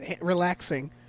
relaxing